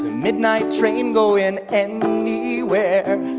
midnight train going anywhere.